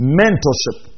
mentorship